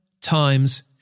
times